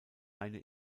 eine